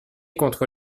contre